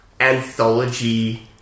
anthology-